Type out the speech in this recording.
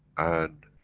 and,